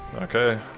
Okay